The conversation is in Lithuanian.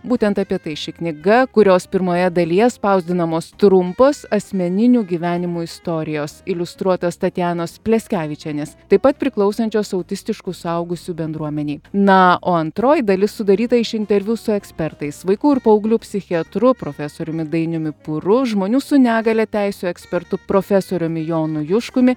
būtent apie tai ši knyga kurios pirmoje dalyje spausdinamos trumpos asmeninių gyvenimų istorijos iliustruotos tatjanos pleskevičienės taip pat priklausančios autistiškų suaugusių bendruomenei na o antroji dalis sudaryta iš interviu su ekspertais vaikų ir paauglių psichiatru profesoriumi dainiumi pūru žmonių su negalia teisių ekspertu profesoriumi jonu juškumi